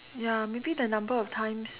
ya maybe the number of times